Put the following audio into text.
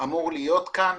אמור להיות כאן.